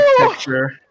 picture